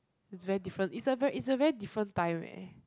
is very different is a very is a very different time eh